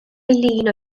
eileen